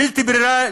בלית ברירה,